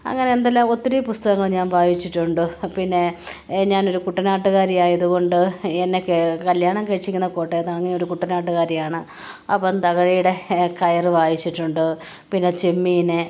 അങ്ങനെ എന്തെല്ലാം ഒത്തിരി പുസ്തകങ്ങള് ഞാന് വായിച്ചിട്ടുണ്ട് പിന്നെ ഞാനൊരു കുട്ടനാട്ടുകാരി ആയതുകൊണ്ട് എന്നെ കെ കല്യാണം കഴിച്ചിരിക്കുന്നത് കോട്ടയത്താണ് അങ്ങനെയൊരു കുട്ടനാട്ടുകാരിയാണ് അപ്പോള് തകഴിയുടെ കയര് വായിച്ചിട്ടുണ്ട് പിന്നെ ചെമ്മീന്